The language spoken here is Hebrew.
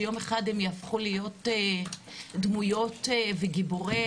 שיום אחד הם ייהפכו להיות דמויות וגיבורי